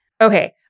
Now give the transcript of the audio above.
Okay